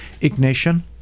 ignition